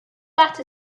that